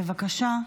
בבקשה.